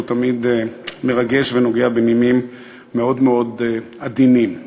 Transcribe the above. שהוא תמיד מרגש ונוגע בנימים מאוד מאוד עדינים.